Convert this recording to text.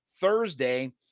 Thursday